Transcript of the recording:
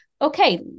okay